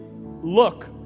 look